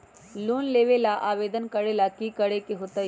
Loan लेबे ला आवेदन करे ला कि करे के होतइ?